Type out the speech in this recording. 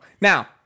now